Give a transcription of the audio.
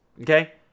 Okay